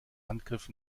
handgriff